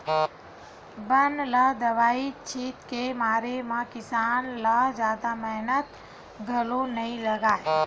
बन ल दवई छित के मारे म किसान ल जादा मेहनत घलो नइ लागय